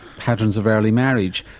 patterns of early marriage.